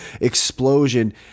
explosion